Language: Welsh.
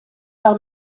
fel